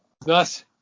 thus